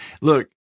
look